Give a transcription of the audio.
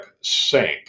sank